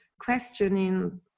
questioning